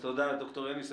תודה, ד"ר אניס.